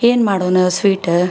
ಏನು ಮಾಡೋಣ ಸ್ವೀಟ